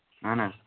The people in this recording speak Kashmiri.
اَہن حظ